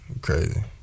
Crazy